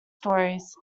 stories